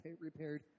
repaired